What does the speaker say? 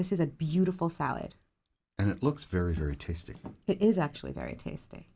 this is a beautiful salad and it looks very very tasty it is actually very tasty